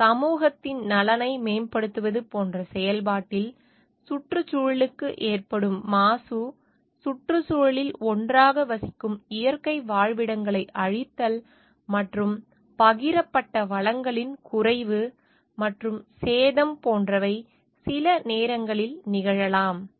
சமூகத்தின் நலனை மேம்படுத்துவது போன்ற செயல்பாட்டில் சுற்றுச்சூழலுக்கு ஏற்படும் மாசு சுற்றுச்சூழலில் ஒன்றாக வசிக்கும் இயற்கை வாழ்விடங்களை அழித்தல் மற்றும் பகிரப்பட்ட வளங்களின் குறைவு மற்றும் சேதம் போன்றவை சில நேரங்களில் நிகழலாம்